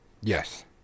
Yes